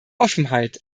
offenheit